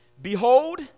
Behold